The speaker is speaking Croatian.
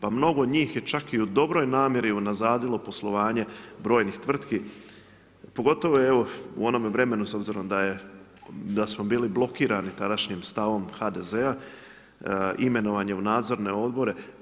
Pa mnogo njih je čak i u dobroj namjeri unazadilo poslovanje brojnih tvrtki, pogotovo evo u onome vremenu s obzirom da je, da smo bili blokirani tadašnjim stavom HDZ-a, imenovanje u nadzorne odbore.